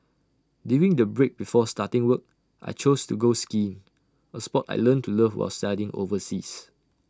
during the break before starting work I chose to go skiing A Sport I learnt to love while studying overseas